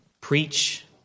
preach